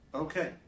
Okay